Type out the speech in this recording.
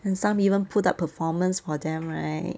and some even put up performance for them right